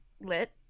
lit